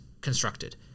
constructed